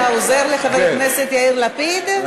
אתה עוזר לחבר הכנסת יאיר לפיד?